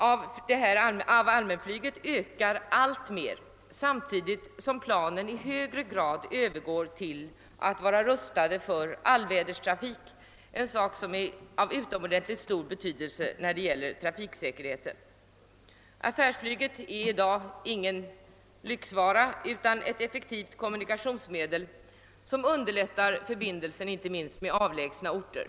Allmänflyget ökar alltmer samtidigt som planen i högre grad övergår till att vara rustade för allväderstrafik, något som är av utomordentligt stor betydelse för trafiksäkerheten. Affärsflyget är i dag ingen lyxvara utan ett effektivt kommunikationsmedel som underlättar förbindelsen inte minst med avlägsna orter.